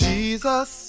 Jesus